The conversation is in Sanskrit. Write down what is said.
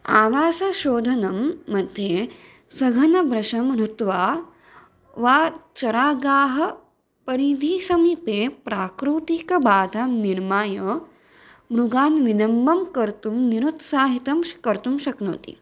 आवासशोधनं मध्ये सघनभृशं नत्वा वा चरागाः परिधिसमीपे प्राकृतिकबाधं निर्माय मृगान् विनम्य कर्तुं निरुत्साहितं श् कर्तुं शक्नोति